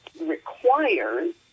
requires